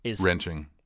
Wrenching